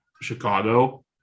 Chicago